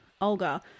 Olga